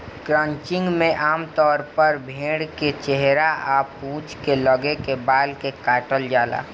crutching में आमतौर पर भेड़ के चेहरा आ पूंछ के लगे के बाल के काटल जाला